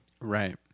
Right